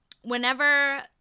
whenever